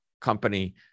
company